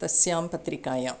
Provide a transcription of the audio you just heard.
तस्यां पत्रिकायाम्